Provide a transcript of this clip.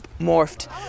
morphed